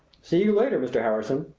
see you later, mr. harrison!